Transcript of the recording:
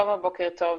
שלום ובוקר טוב.